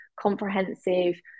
comprehensive